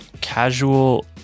casual